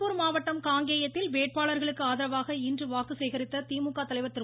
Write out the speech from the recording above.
திருப்பூர் மாவட்டம் காங்கேயத்தில் வேட்பாளர்களுக்கு ஆதரவாக இன்று வாக்கு சேகரித்த திமுக தலைவர் திரு